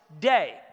day